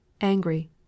angry